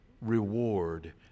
reward